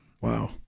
Wow